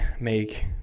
make